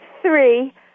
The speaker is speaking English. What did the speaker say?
three